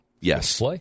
Yes